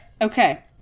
Okay